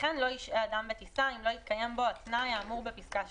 "וכן לא ישהה אדם בטיסה אם לא התקיים בו התנאי האמור בפסקה (3)"